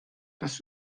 das